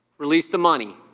release the money.